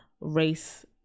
race